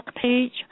page